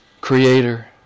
Creator